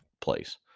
place